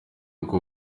uko